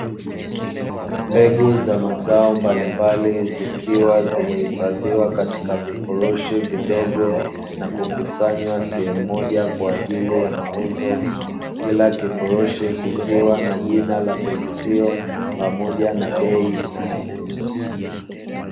Mbegu za mazao mbalimbali zikiwa zimehifadhiwa katika vifurushi vidogo na kukusanywa sehemu moja kwa ajili ya mauzo kila kifurushi kikiwa na jina la mbegu hiyo pamoja na bei inayouzwa.